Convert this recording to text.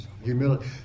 humility